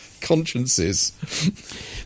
consciences